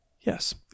Yes